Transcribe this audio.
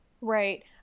right